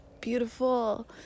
beautiful